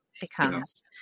becomes